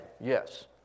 Yes